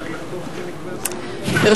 בבקשה.